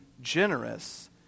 generous